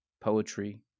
poetry